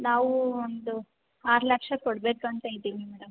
ನಾವು ಒಂದು ಆರು ಲಕ್ಷ ಕೊಡಬೇಕಂತ ಇದ್ದೀವಿ ಮೇಡಮ್